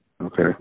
Okay